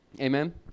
amen